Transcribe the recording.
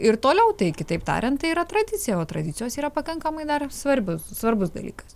ir toliau tai kitaip tariant tai yra tradicija o tradicijos yra pakankamai dar svarbios svarbus dalykas